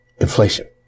inflation